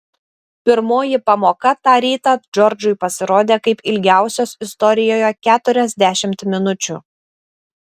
pirmoji pamoka tą rytą džordžui pasirodė kaip ilgiausios istorijoje keturiasdešimt minučių